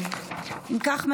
אם כך,